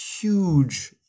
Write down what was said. huge